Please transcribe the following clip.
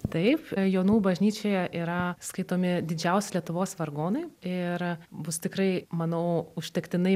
taip jonų bažnyčioje yra skaitomi didžiausi lietuvos vargonai ir bus tikrai manau užtektinai